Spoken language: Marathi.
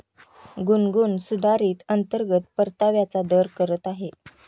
गुनगुन सुधारित अंतर्गत परताव्याचा दर करत आहे